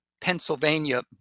Pennsylvania